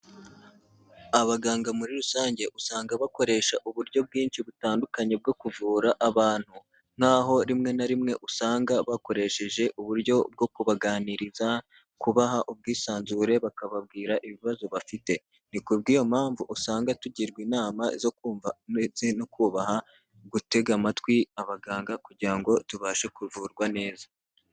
Abaganga muri rusange usanga bakoresha uburyo bwinshi butandukanye bwo kuvura abantu nkaho rimwe na rimwe usanga bakoresheje uburyo bwo kubaganiriza, kubaha ubwisanzure bakababwira ibibazo bafite, ni ku bw'iyo mpamvu usanga tugirwa inama zo kumva ndetse no kubaha, gutega amatwi abaganga kugira ngo tubashe kuvurwa neza.